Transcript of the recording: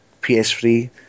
PS3